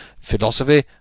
Philosophy